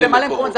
במלא מקומות.